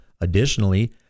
Additionally